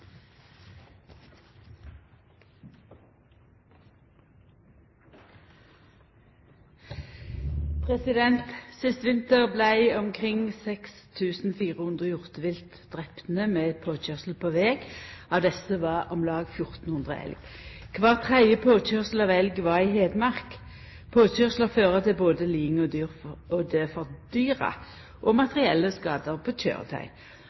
Sist vinter vart omkring 6 400 hjortevilt drepne ved påkøyrsel på veg, av desse var om lag 1 400 elg. Kvar tredje påkøyrsel av elg var i Hedmark. Påkøyrsler fører til både liding og død for dyra og